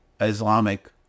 islamic